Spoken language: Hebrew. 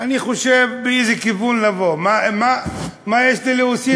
אני חושב, באיזה כיוון לבוא, מה יש לי להוסיף?